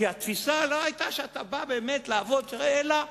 כי התפיסה לא היתה שאתה בא באמת לעבוד, אלא